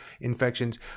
infections